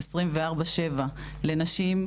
24/7 לנשים,